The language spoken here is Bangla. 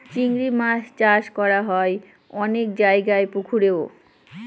চিংড়ি মাছ চাষ করা হয় অনেক জায়গায় পুকুরেও